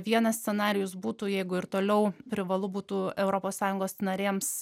vienas scenarijus būtų jeigu ir toliau privalu būtų europos sąjungos narėms